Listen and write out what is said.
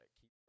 Keep